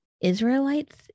Israelites